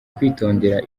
kwitondera